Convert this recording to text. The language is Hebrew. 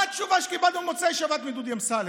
מה התשובה שקיבלנו במוצאי שבת מדודי אמסלם?